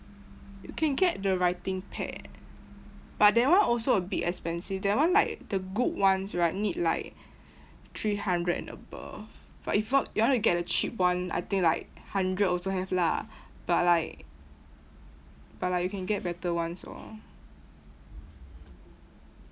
you can get the writing pad but that one also a bit expensive that one like the good ones right need like three hundred and above but if you want you want to get a cheap one I think like hundred also have lah but like but like you can get better ones orh